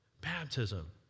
Baptism